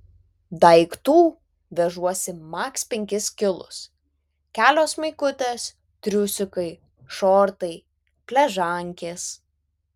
daiktų vežuosi maks penkis kilus kelios maikutės triusikai šortai pležankės